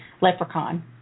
Leprechaun